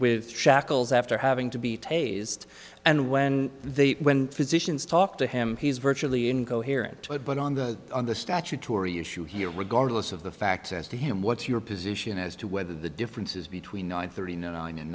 with shackles after having to be tasered and when the physicians talk to him he's virtually incoherent but on the on the statutory issue here regardless of the facts as to him what's your position as to whether the differences between nine thirty nine and